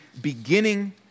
beginning